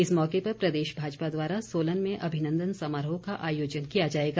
इस मौके पर प्रदेश भाजपा द्वारा सोलन में अभिनंदन समारोह का आयोजन किया जाएगा